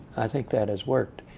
i think that has worked.